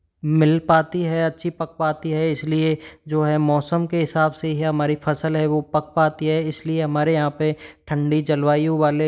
मिल पाती है अच्छी पक पाती है इसलिए जो है मौसम के हिसाब से ही हमारी फसल है वो पक पाती है इसलिए हमारे यहाँ पे ठंडी जलवायु वाले